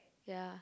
ya